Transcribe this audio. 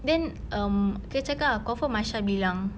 then um dia cakap ah confirm aisha bilang